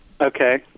Okay